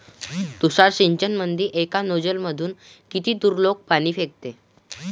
तुषार सिंचनमंदी एका नोजल मधून किती दुरलोक पाणी फेकते?